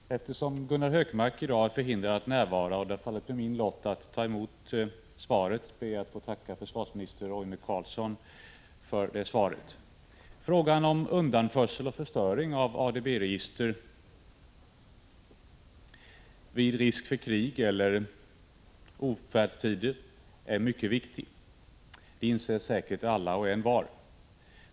Herr talman! Eftersom Gunnar Hökmark i dag är förhindrad att närvara och det har fallit på min lott att ta emot svaret, ber jag att få tacka försvarsminister Roine Carlsson för svaret. Frågan om undanförsel och förstöring av ADB-register vid risk för krig eller ofärdstider är mycket viktig — det inser säkert alla och envar.